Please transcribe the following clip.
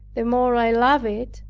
the more i loved it,